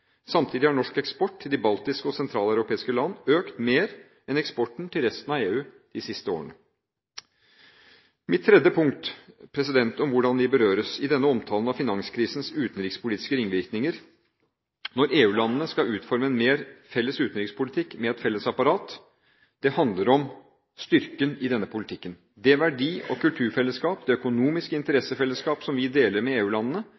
Samtidig har norsk eksport til de baltiske og sentraleuropeiske land økt mer enn eksporten til resten av EU de siste årene. Mitt tredje punkt om hvordan vi berøres i denne omtalen av finanskrisens utenrikspolitiske ringvirkninger, når EU-landene skal utforme en mer felles utenrikspolitikk, med et felles apparat, handler om styrken i denne politikken. Det verdi- og kulturfellesskap, det økonomiske interessefellesskap som vi deler med